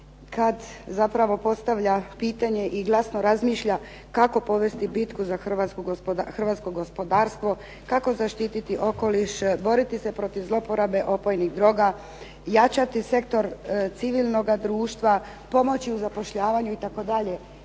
kad zapravo postavlja pitanje i glasno razmišlja kako povesti bitku za hrvatsko gospodarstvo, kako zaštititi okoliš, boriti se protiv zlouporabe opojnih droga, jačati sektor civilnoga društva, pomoći u zapošljavanju itd.